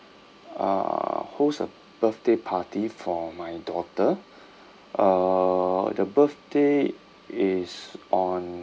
uh holds a birthday party for my daughter uh the birthday is on